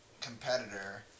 competitor